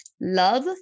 Love